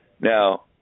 Now